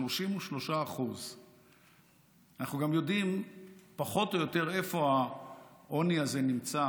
33%. אנחנו גם יודעים פחות או יותר איפה העוני הזה נמצא